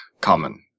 common